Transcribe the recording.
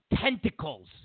tentacles